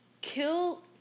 kill